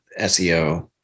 seo